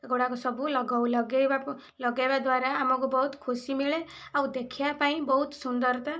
ଏଗୁଡ଼ାକ ସବୁ ଲଗଉ ଲଗେଇବାକୁ ଲଗେଇବା ଦ୍ୱାରା ଆମକୁ ବହୁତ ଖୁସି ମିଳେ ଆଉ ଦେଖିବା ପାଇଁ ବହୁତ ସୁନ୍ଦରତା